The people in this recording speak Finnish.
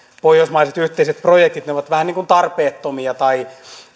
pohjoismaiset yhteiset projektit ovat vähän niin kuin tarpeettomia tai